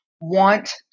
want